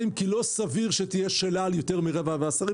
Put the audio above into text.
כי לא סביר שתהיה שאלה על יותר מרבע מהשרים.